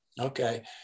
Okay